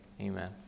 Amen